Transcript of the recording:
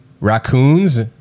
Raccoons